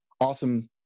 awesome